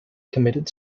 committed